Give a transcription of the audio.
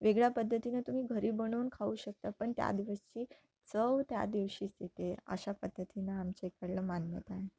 वेगळ्या पद्धतीनं तुम्ही घरी बनवून खाऊ शकता पण त्या दिवसाची चव त्या दिवशीच येते अशा पद्धतीनं आमच्या इकडलं मान्यता आहे